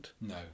No